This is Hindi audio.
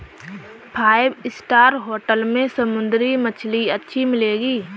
फाइव स्टार होटल में समुद्री मछली अच्छी मिलेंगी